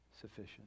sufficient